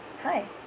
Hi